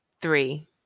Three